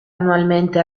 annualmente